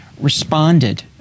responded